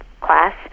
class